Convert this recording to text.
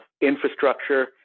infrastructure